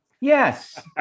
yes